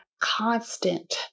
constant